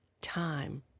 time